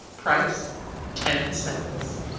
price ten cents.